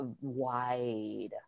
wide